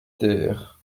ter